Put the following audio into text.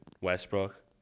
Westbrook